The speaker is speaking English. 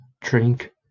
drink